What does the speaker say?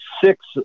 six